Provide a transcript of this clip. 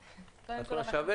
קודם כל אנחנו מברכים